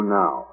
now